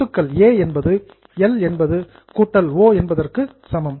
சொத்துக்கள் ஏ என்பது எல் கூட்டல் ஓ என்பதற்கு சமம்